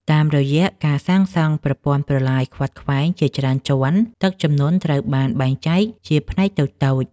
តាមរយៈការសាងសង់ប្រព័ន្ធប្រឡាយខ្វាត់ខ្វែងជាច្រើនជាន់ ទឹកជំនន់ត្រូវបានបែងចែកជាផ្នែកតូចៗ។